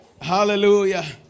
Hallelujah